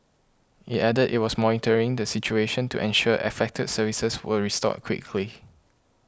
it added it was monitoring the situation to ensure affected services were restored quickly